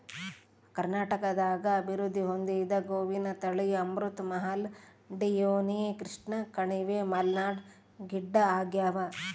ಕರ್ನಾಟಕದಾಗ ಅಭಿವೃದ್ಧಿ ಹೊಂದಿದ ಗೋವಿನ ತಳಿ ಅಮೃತ್ ಮಹಲ್ ಡಿಯೋನಿ ಕೃಷ್ಣಕಣಿವೆ ಮಲ್ನಾಡ್ ಗಿಡ್ಡಆಗ್ಯಾವ